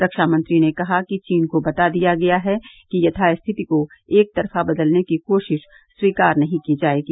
रक्षा मंत्री ने कहा कि चीन को बता दिया गया है कि यथास्थिति को एकतरफा बदलने की कोशिश स्वीकार नहीं की जाएगी